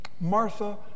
Martha